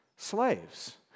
slaves